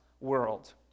world